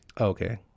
Okay